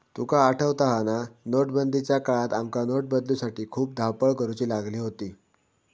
तुका आठवता हा ना, नोटबंदीच्या काळात आमका नोट बदलूसाठी खूप धावपळ करुची लागली होती